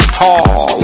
tall